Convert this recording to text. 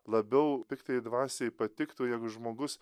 labiau piktajai dvasiai patiktų jeigu žmogus